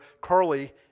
Carly